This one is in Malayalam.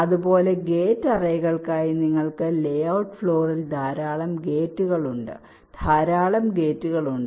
അതുപോലെ ഗേറ്റ് അറേകൾക്കായി നിങ്ങൾക്ക് ലേഔട്ട് ഫ്ലോറിൽ ധാരാളം ഗേറ്റുകൾ ഉണ്ട് ധാരാളം ഗേറ്റുകൾ ഉണ്ട്